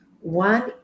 one